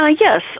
Yes